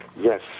Yes